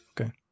Okay